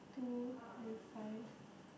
two twenty five